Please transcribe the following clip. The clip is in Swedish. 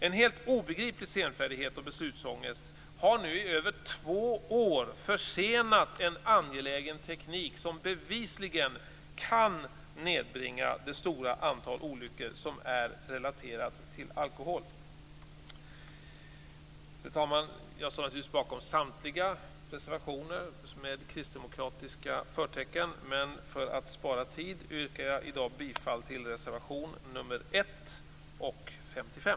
En helt obegriplig senfärdighet och beslutsångest har i över två år försenat en angelägen teknik, som bevisligen kan nedbringa det stora antal olyckor som är relaterade till alkohol. Fru talman! Jag står naturligtvis bakom samtliga reservationer med kristdemokratiska förtecken, men för att spara tid yrkar jag i dag bifall till reservationerna nr 1 och nr 55.